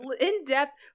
in-depth